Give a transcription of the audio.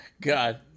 God